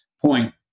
point